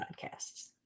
podcasts